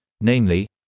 namely